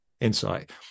insight